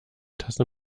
tasse